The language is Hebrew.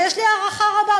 שיש לי הערכה רבה,